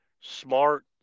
smart